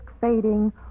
fading